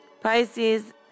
Pisces